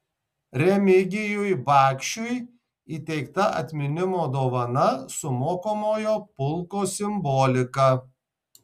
remigijui bakšiui įteikta atminimo dovana su mokomojo pulko simbolika